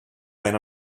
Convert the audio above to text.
when